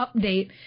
update